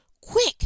Quick